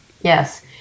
Yes